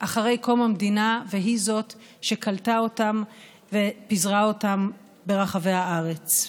אחרי קום המדינה והיא זאת שקלטה ופיזרה אותם ברחבי הארץ.